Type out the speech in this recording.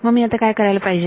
आता मी काय करायला पाहिजे